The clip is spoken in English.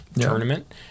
tournament